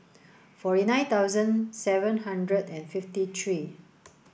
forty nine thousand seven hundred and fifty three